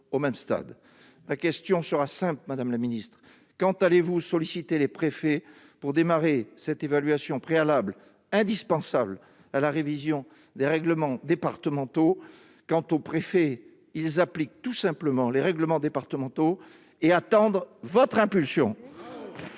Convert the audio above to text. au même stade ... Ma question sera simple, madame la secrétaire d'État : quand allez-vous solliciter les préfets pour démarrer cette évaluation préalable indispensable à la révision des règlements départementaux ? Quant aux préfets, ils appliquent tout simplement les règlements départementaux ; ils attendent donc votre impulsion